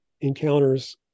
encounters